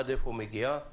עד איפה הוא מגיע.